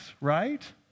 right